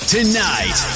Tonight